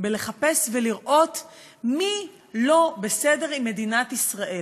בלחפש ולראות מי לא בסדר עם מדינת ישראל,